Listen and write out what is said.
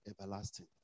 Everlasting